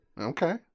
Okay